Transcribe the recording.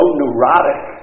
neurotic